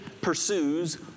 pursues